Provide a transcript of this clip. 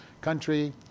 country